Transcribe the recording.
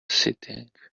sitting